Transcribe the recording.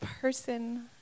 person